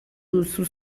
duzu